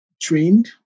trained